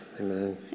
Amen